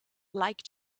like